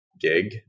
gig